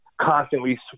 constantly